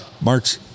March